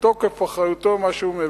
בתוקף אחריותו, מה שהוא מבין.